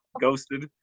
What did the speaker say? ghosted